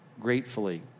gratefully